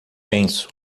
penso